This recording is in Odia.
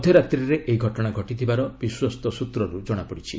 ମଧ୍ୟରାତ୍ରୀରେ ଏହି ଘଟଣା ଘଟିଥିବାର ବିଶ୍ୱସ୍ତ ସ୍ନତ୍ରରୁ ଜଣାପଡ଼ିଛି